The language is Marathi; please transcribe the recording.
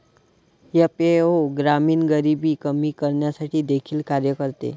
एफ.ए.ओ ग्रामीण गरिबी कमी करण्यासाठी देखील कार्य करते